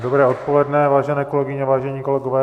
Dobré odpoledne, vážené kolegyně, vážení kolegové.